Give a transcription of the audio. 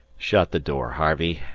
shut the door, harvey,